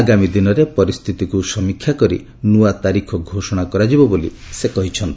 ଆଗାମୀ ଦିନରେ ପରିସ୍ଥିତିକୁ ସମୀକ୍ଷା କରି ନୂଆ ତାରିଖ ଘୋଷଣା କରାଯିବ ବୋଲି ସେ କହିଛନ୍ତି